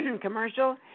commercial